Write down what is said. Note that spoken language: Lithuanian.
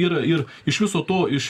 yra ir iš viso to iš